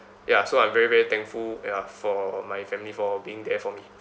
ya so I'm very very thankful ya for my family for being there for me